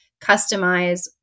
customize